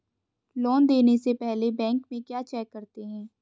Loan देने से पहले बैंक में क्या चेक करते हैं?